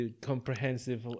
comprehensive